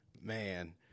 Man